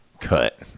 Cut